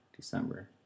December